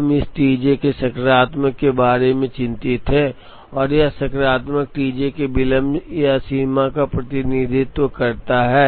अब हम इस टी जे के सकारात्मक होने के बारे में चिंतित हैं और यह सकारात्मक टी जे विलंब या सीमा का प्रतिनिधित्व करता है